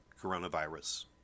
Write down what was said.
coronavirus